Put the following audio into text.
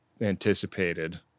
anticipated